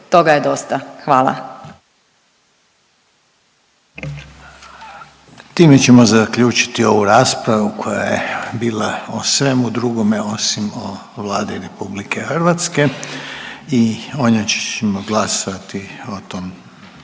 Toga je dosta, hvala.